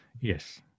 Yes